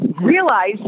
Realize